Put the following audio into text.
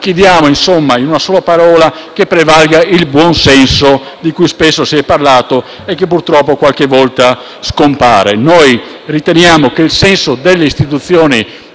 Chiediamo insomma, in una sola parola, che prevalga il buonsenso di cui spesso si è parlato e che purtroppo qualche volta scompare. Noi riteniamo che il senso delle istituzioni